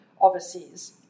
overseas